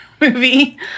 movie